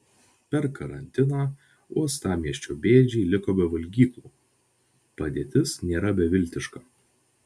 per karantiną uostamiesčio bėdžiai liko be valgyklų padėtis nėra beviltiška